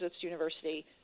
University